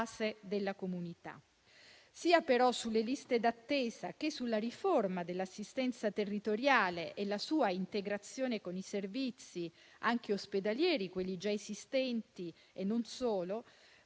Sia però sulle liste d'attesa che sulla riforma dell'assistenza territoriale e la sua integrazione con i servizi, anche ospedalieri, già esistenti e non solo,